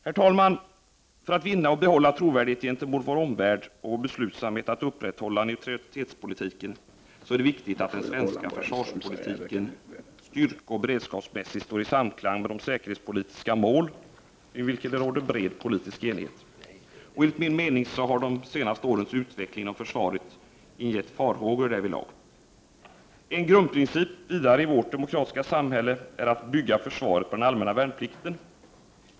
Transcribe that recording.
Herr talman! För att vinna och behålla trovärdighet gentemot vår omvärld i vår beslutsamhet att upprätthålla neutralitetspolitiken är det viktigt att den svenska försvarspolitiken styrkeoch beredskapsmässigt står i samklang med de säkerhetspolitiska mål, kring vilket det råder bred politisk enighet. Enligt min mening har de senaste årens utveckling av försvaret ingett farhågor därvidlag. En grundprincip i vårt demokratiska samhälle är att bygga försvaret på den allmänna värnplikten.